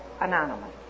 Anonymous